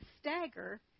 stagger